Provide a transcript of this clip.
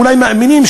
אולי מאמינים,